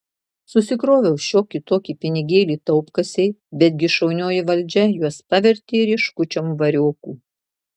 susikroviau šiokį tokį pinigėlį taupkasėj bet gi šaunioji valdžia juos pavertė rieškučiom variokų